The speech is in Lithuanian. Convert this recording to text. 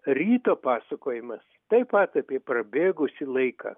ryto pasakojimas taip pat apie prabėgusį laiką